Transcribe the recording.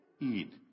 eat